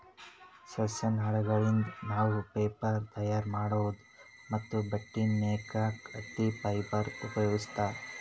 ಸಸ್ಯ ನಾರಗಳಿಂದ್ ನಾವ್ ಪೇಪರ್ ತಯಾರ್ ಮಾಡ್ಬಹುದ್ ಮತ್ತ್ ಬಟ್ಟಿ ನೇಯಕ್ ಹತ್ತಿ ಫೈಬರ್ ಉಪಯೋಗಿಸ್ತಾರ್